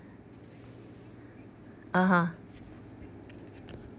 (uh huh)